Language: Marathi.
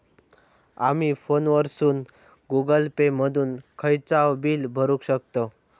आमी फोनवरसून गुगल पे मधून खयचाव बिल भरुक शकतव